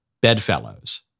bedfellows